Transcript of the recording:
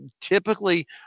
typically